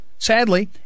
Sadly